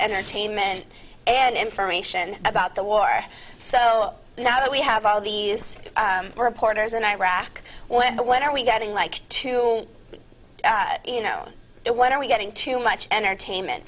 entertainment and information about the war so now that we have all these reporters in iraq when what are we getting like to you know what are we getting too much entertainment